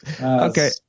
Okay